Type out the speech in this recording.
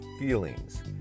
feelings